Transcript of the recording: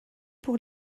pour